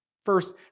First